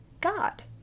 God